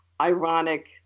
ironic